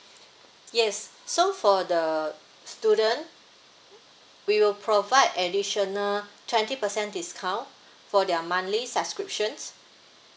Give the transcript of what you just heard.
yes so for the student we will provide additional twenty percent discount for their monthly subscriptions